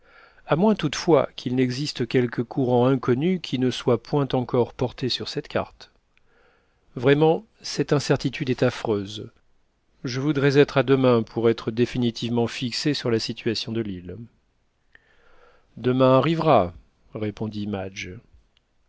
à moins toutefois qu'il n'existe quelque courant inconnu qui ne soit point encore porté sur cette carte vraiment cette incertitude est affreuse je voudrais être à demain pour être définitivement fixé sur la situation de l'île demain arrivera répondit madge